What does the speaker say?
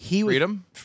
Freedom